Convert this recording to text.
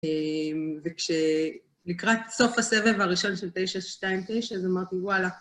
וכשלקראת סוף הסבב הראשון של תשע שתיים תשע, אז אמרתי וואלה.